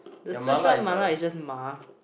the Si-Chuan mala is just ma